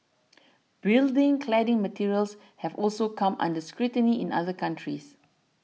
building cladding materials have also come under scrutiny in other countries